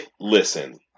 listen